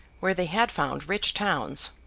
where they had found rich towns.